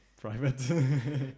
private